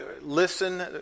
listen